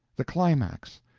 the climax,